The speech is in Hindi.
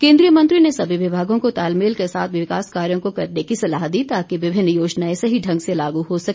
केंद्रीय मंत्री ने सभी विभागों को तालमेल के साथ विकास कार्यों को करने की सलाह दी ताकि विभिन्न योजनाएं सही ढंग से लागू हो सके